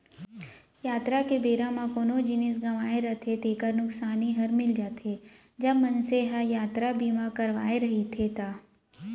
यातरा के बेरा म कोनो जिनिस गँवागे तेकर नुकसानी हर मिल जाथे, जब मनसे ह यातरा बीमा करवाय रहिथे ता